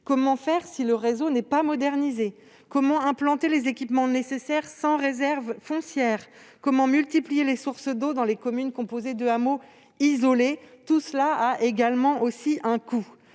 Comment faire si le réseau n'est pas modernisé ? Comment implanter les équipements nécessaires sans réserve foncière ? Comment multiplier les sources d'eau dans les communes composées de hameaux isolés ? Tout cela a un coût.